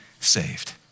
saved